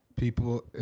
People